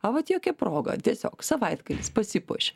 a vot jokia proga tiesiog savaitgalis pasipuošė